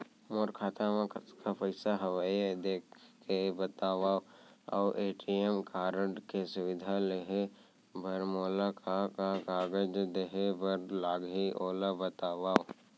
मोर खाता मा कतका पइसा हवये देख के बतावव अऊ ए.टी.एम कारड के सुविधा लेहे बर मोला का का कागज देहे बर लागही ओला बतावव?